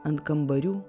ant kambarių